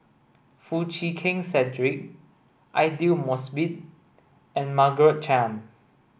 Foo Chee Keng Cedric Aidli Mosbit and Margaret Chan